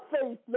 faith